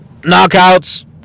knockouts